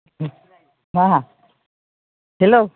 उम नाङा हेलौ